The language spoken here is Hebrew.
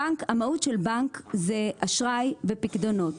המהות של בנק זה אשראי ופיקדונות,